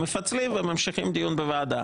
מפצלים וממשיכים דיון בוועדה.